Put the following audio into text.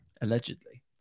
Allegedly